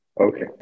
Okay